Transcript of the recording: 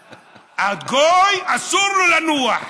הגוי, אסור לו לנוח,